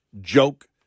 joke